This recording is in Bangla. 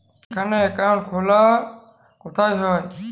এখানে অ্যাকাউন্ট খোলা কোথায় হয়?